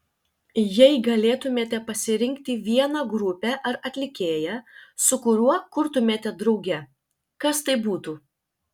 jei galėtumėte pasirinkti vieną grupę ar atlikėją su kuriuo kurtumėte drauge kas tai būtų